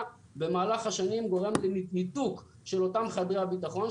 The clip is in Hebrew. במהלך השנים גורמים לניתוק של אותם חדרי הביטחון,